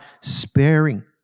sparing